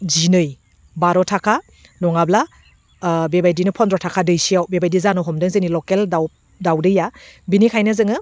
जिनै बार' थाखा नङाब्ला बेबायदिनो फनद्र थाखा दैसेयाव बेबायदि जानो हमदों जोंनि लकेल दाउ दाउदैया बेनिखायनो जोङो